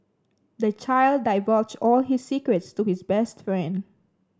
the child divulged all his secrets to his best friend